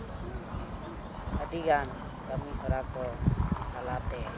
ᱟᱹᱰᱤᱜᱟᱱ ᱠᱟᱹᱢᱤᱦᱚᱨᱟ ᱠᱚ ᱛᱟᱞᱟᱛᱮ